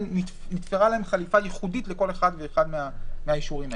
נתפרה חליפה ייחודית לכל אחד ואחד מהאישורים האלה.